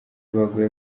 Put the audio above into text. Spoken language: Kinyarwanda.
baguye